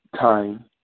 time